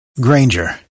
Granger